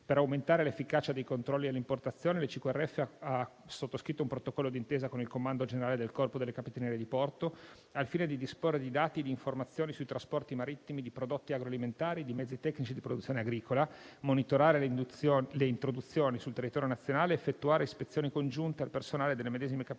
Per aumentare l'efficacia dei controlli all'importazione, I'ICQRF ha sottoscritto un protocollo d'intesa con il comando generale del Corpo delle capitanerie di porto al fine di disporre di dati e di informazioni sui trasporti marittimi di prodotti agroalimentari e di mezzi tecnici di produzione agricola, monitorare le introduzioni sul territorio nazionale, effettuare ispezioni congiunte al personale delle medesime capitanerie